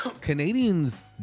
Canadians